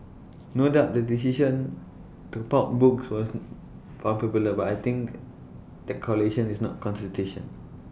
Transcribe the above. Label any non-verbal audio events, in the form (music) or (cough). no doubt their decision to pulp books was popular but I think the correlation is not (unintelligible)